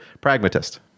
pragmatist